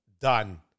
done